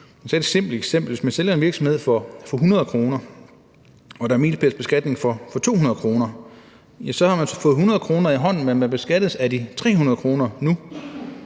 Hvis man sælger en virksomhed for 100 kr. og der er milepælsbeskatning for 200 kr., ja, så har man fået 100 kr. i hånden, men man beskattes af de 300 kr. nu.